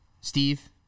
Steve